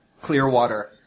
Clearwater